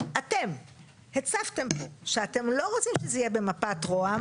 אתם הצפתם פה שאתם לא רוצים שזה יהיה במפת רוה"מ